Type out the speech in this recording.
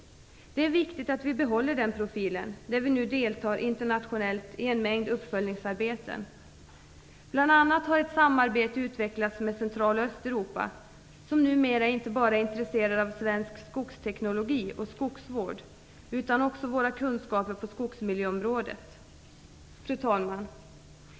Det är viktigt att vi behåller den profilen när vi nu deltar internationellt i en mängd uppföljningsarbeten. Bl.a. har ett samarbete utvecklats med Centraloch Östeuropa, som numera inte bara är intresserade av svensk skogsteknologi och skogsvård utan också av våra kunskaper på skogsmiljöområdet. Fru talman!